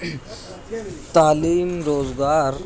تعلیم روزگار